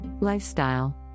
Lifestyle